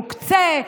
מוקצה?